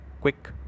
quick